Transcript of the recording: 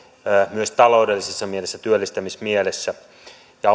myös taloudellisessa mielessä työllistämismielessä ja